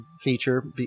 feature